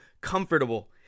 comfortable